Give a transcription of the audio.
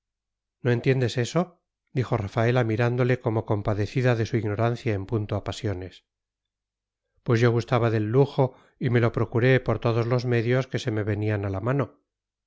no entiendes eso dijo rafaela mirándole como compadecida de su ignorancia en punto a pasiones pues yo gustaba del lujo y me lo procuré por todos los medios que se me venían a la mano